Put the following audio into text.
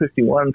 51